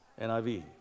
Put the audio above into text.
NIV